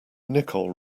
nicole